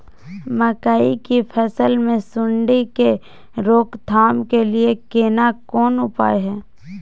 मकई की फसल मे सुंडी के रोक थाम के लिये केना कोन उपाय हय?